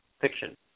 fiction